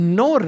no